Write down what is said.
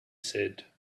said